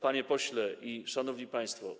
Panie Pośle i Szanowni Państwo!